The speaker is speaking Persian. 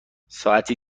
ساعتی